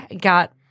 got